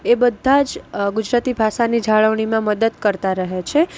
એ બધા જ ગુજરાતી ભાષાની જાળવણીમાં મદદ કરતા રહે છે